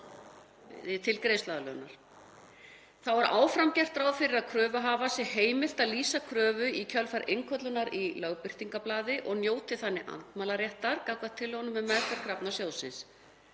Þá er áfram gert ráð fyrir að kröfuhafa sé heimilt að lýsa kröfu í kjölfar innköllunar í Lögbirtingablaði og njóti þannig andmælaréttar gagnvart tillögum um meðferð krafna sjóðsins.